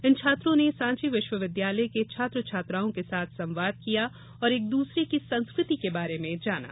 इन छात्रों ने सांची विश्वविद्यालय के छात्र छात्राओं के साथ संवाद किया और एक दूसरे की संस्कृ ति के बारे में जाना